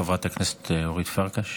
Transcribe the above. חברת הכנסת אורית פרקש.